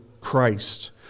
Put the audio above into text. Christ